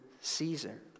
Caesar